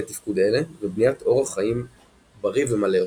תפקוד אלה ובניית אורח חיים בריא ומלא יותר.